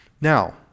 now